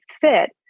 fit